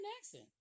accent